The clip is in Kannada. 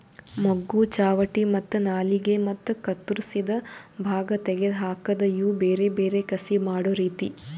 ಮೊಗ್ಗು, ಚಾವಟಿ ಮತ್ತ ನಾಲಿಗೆ ಮತ್ತ ಕತ್ತುರಸಿದ್ ಭಾಗ ತೆಗೆದ್ ಹಾಕದ್ ಇವು ಬೇರೆ ಬೇರೆ ಕಸಿ ಮಾಡೋ ರೀತಿ